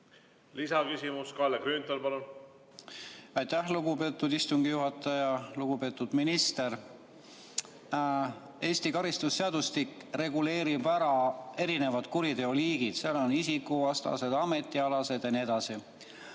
Lisaküsimus. Kalle Grünthal, palun! Aitäh, lugupeetud istungi juhataja! Lugupeetud minister! Eesti karistusseadustikus on reguleeritud eri kuriteoliigid, seal on isikuvastased, ametialased jne.